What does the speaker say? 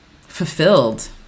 fulfilled